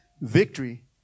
victory